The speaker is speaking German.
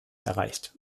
erreicht